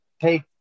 take